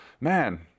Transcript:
man